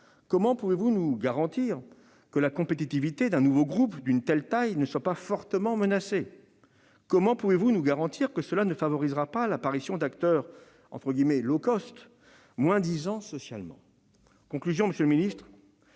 Comment pouvez-vous nous garantir que la compétitivité d'un nouveau groupe d'une telle taille ne soit pas fortement menacée ? Comment pouvez-vous nous garantir que cela ne favorisera pas l'apparition d'acteurs défendant un moins-disant social ?